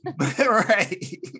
right